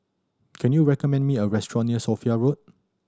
can you recommend me a restaurant near Sophia Road